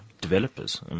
Developers